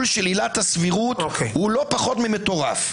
של עילת הסבירות הוא לא פחות ממטורף.